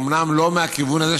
אומנם לא על הכיוון הזה,